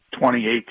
2018